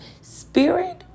spirit